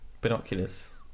Binoculars